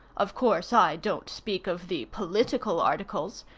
of course i don't speak of the political articles.